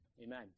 Amen